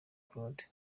claude